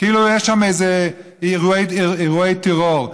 כאילו יש שם איזה אירועי טרור.